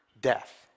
death